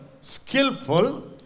skillful